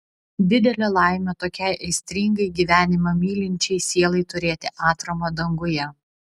didelė laimė tokiai aistringai gyvenimą mylinčiai sielai turėti atramą danguje